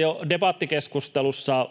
jo debattikeskustelussa